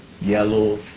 yellow